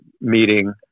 meeting